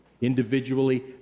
Individually